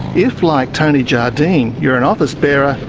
if, like tony jardine, you're an office bearer,